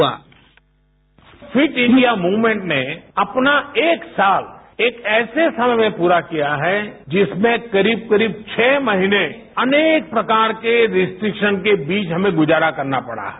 sound bite fit India movement ने अपना एक साल एक ऐसे समय में पूरा किया है जिसमें करीब करीब छह महीने अनेक प्रकार के रिस्ट्रिक्शन के बीच हमें गुजारा करना पड़ा है